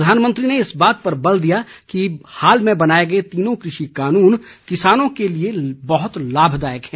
प्रधानमंत्री ने इस बात पर बल दिया कि हाल में बनाये गए तीनों कृषि कानून किसानों के लिए बहत लाभदायक हैं